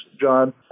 John